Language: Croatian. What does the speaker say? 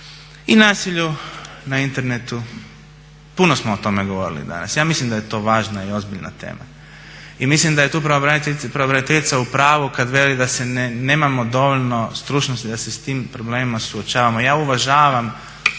i nasilju na internetu. Puno smo o tome govorili danas. Ja mislim da je to važna i ozbiljna tema. I mislim da je tu pravobraniteljica u pravu kad veli da nemamo dovoljno stručnosti da se s tim problemima suočavamo. Ja uvažavam